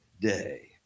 day